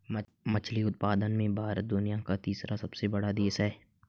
मछली उत्पादन में भारत दुनिया का तीसरा सबसे बड़ा देश है